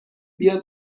بیا